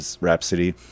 Rhapsody